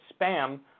spam